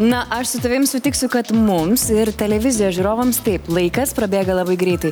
na aš su tavim sutiksiu kad mums ir televizijos žiūrovams taip laikas prabėga labai greitai